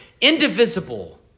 indivisible